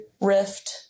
rift